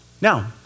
Now